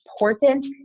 important